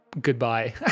Goodbye